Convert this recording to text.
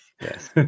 Yes